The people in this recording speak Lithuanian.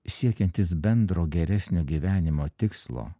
siekiantys bendro geresnio gyvenimo tikslo